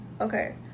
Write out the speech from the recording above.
okay